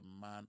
man